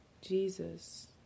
Jesus